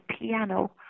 piano